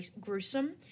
gruesome